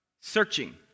searching